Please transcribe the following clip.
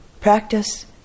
Practice